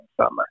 summer